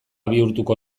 bihurtuko